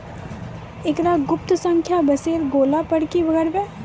एकरऽ गुप्त संख्या बिसैर गेला पर की करवै?